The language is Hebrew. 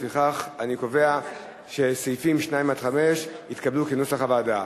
לפיכך אני קובע שסעיפים 2 5 התקבלו כנוסח הוועדה.